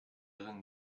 beeren